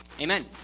Amen